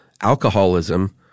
alcoholism